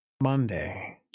Monday